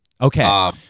Okay